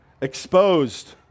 exposed